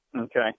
okay